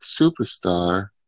superstar